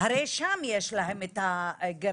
הרי שם יש להם את הגירעון.